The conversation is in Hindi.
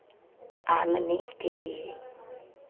आनने के लिए